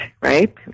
Right